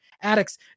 addicts